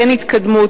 אין התקדמות,